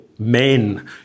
men